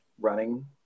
running